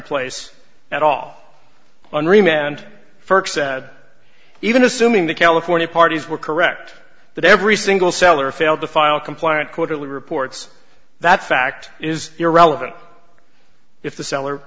place at all on remand firk said even assuming the california parties were correct that every single seller failed to file compliant quarterly reports that fact is irrelevant if the sell